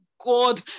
God